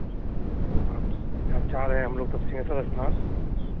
तो अब अब जा रहें हम लोग तो सिंहेश्वर स्थान